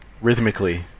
rhythmically